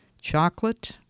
chocolate